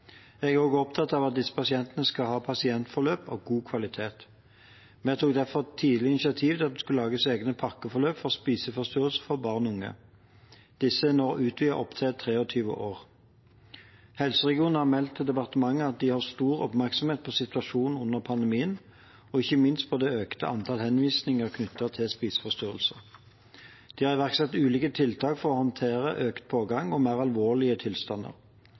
Jeg er også opptatt av at disse pasientene skal ha pasientforløp av god kvalitet. Vi tok derfor tidlig initiativ til at det skulle lages egne pakkeforløp for spiseforstyrrelser for barn og unge. Disse er nå utvidet opp til 23 år. Helseregionene har meldt til departementet at de har stor oppmerksomhet på situasjonen under pandemien, og ikke minst på det økte antallet henvisninger knyttet til spiseforstyrrelser. De har iverksatt ulike tiltak for å håndtere økt pågang og mer alvorlige tilstander.